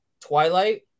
Twilight